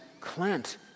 Clint